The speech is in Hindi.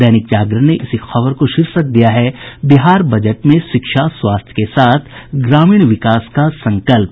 दैनिक जागरण ने इसी खबर को शीर्षक दिया है बिहार बजट में शिक्षा स्वास्थ्य के साथ ग्रामीण विकास का संकल्प